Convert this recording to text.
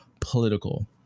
political